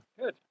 Good